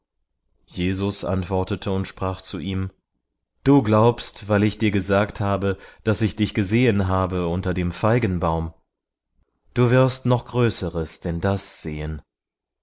jesus antwortete und sprach zu ihm du glaubst weil ich dir gesagt habe daß ich dich gesehen habe unter dem feigenbaum du wirst noch größeres denn das sehen